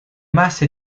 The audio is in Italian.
masse